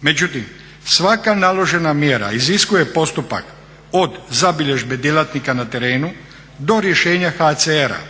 Međutim, svaka naložena mjera iziskuje postupak od zabilježbe djelatnika na terenu do rješenja HCR-a